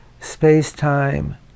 space-time